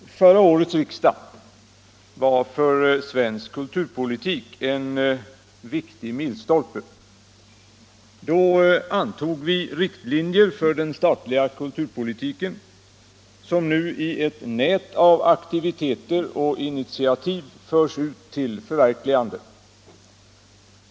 Herr talman! Förra årets riksdag var för svensk kulturpolitik en viktig milstolpe. Då antog vi riktlinjer för den statliga kulturpolitiken, som nu i ett nät av aktiviteter och initiativ förs ut till förverkligande.